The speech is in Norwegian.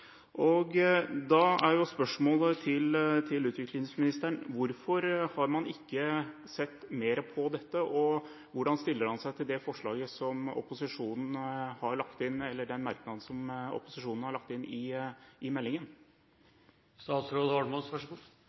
Da er spørsmålet til utviklingsministeren: Hvorfor har man ikke sett mer på dette, og hvordan stiller han seg til den merknaden som opposisjonen har lagt inn i innstillingen? Jeg vil si tre ting. Det første er at jeg er helt enig i